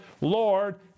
Lord